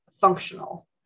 functional